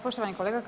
Poštovani kolega.